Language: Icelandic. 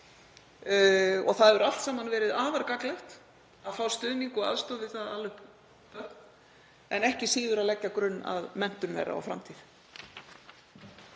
og það hefur allt saman verið afar gagnlegt að fá stuðning og aðstoð við það að ala upp börn, en ekki síður að leggja grunn að menntun þeirra og framtíð.